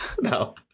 No